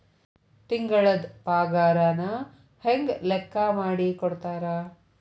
ತಿಂಗಳದ್ ಪಾಗಾರನ ಹೆಂಗ್ ಲೆಕ್ಕಾ ಮಾಡಿ ಕೊಡ್ತಾರಾ